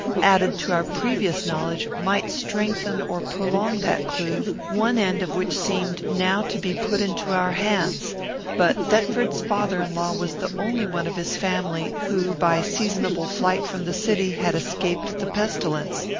added to our previous knowledge, might strengthen or prolong that clue, one end of which seemed now to be put into our hands but thetford's father-in-law was the only one of his family, who, by seasonable flight from the city, had escaped the pestilence.